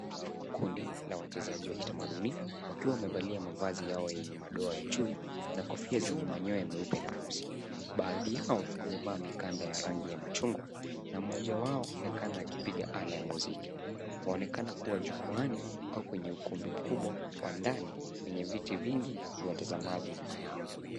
Kundi la wachezaji wa kitamaduni wakiwa wamevalia mavazi yao yenye madoa ya chui na kofia zenye manyoya meupe ni meusi. Baadhi yao wamevaa mikanda ya rangi ya machungwa na mmoja wao amekaa na akipiga ala ya muziki. Waonekana kuwa jukwaani au kwenye ukumbi mkubwa wa ndani wenye viti vingi vya watazamaji nyuma yao.